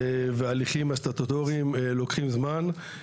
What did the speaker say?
וההליכים הסטטוטוריים לוקחים זמן.